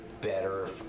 better